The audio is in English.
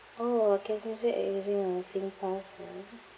orh I can choosing uh using uh singpass ah